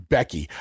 Becky